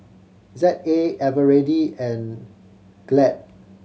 Z A Eveready and Glad